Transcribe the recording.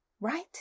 right